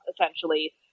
essentially